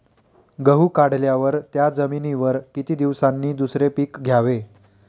गहू काढल्यावर त्या जमिनीवर किती दिवसांनी दुसरे पीक घ्यावे?